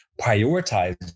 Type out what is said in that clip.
prioritize